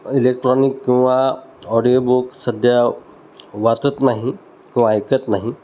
electronic किंवा audio book सध्या वाचत नाही किंवा ऐकत नाही